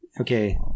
Okay